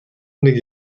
нэг